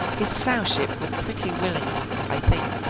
his sowship would pretty willingly, i think,